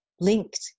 linked